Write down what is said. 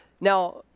Now